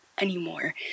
anymore